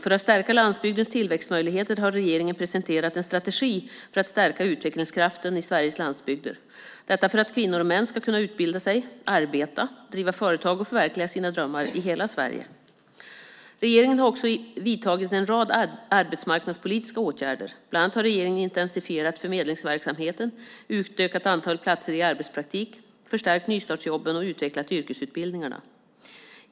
För att stärka landsbygdens tillväxtmöjligheter har regeringen presenterat En strategi för att stärka utvecklingskraften i Sveriges landsbygder - detta för att kvinnor och män ska kunna utbilda sig, arbeta, driva företag och förverkliga sina drömmar i hela Sverige. Regeringen har också vidtagit en rad arbetsmarknadspolitiska åtgärder. Bland annat har regeringen intensifierat förmedlingsverksamheten, utökat antalet platser i arbetspraktik, förstärkt nystartsjobben och utvecklat yrkesutbildningarna.